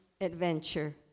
adventure